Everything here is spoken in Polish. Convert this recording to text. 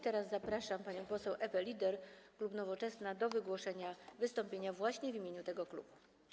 Teraz zapraszam panią poseł Ewę Lieder, klub Nowoczesna, do wygłoszenia wystąpienia właśnie w imieniu tego klubu.